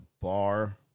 bar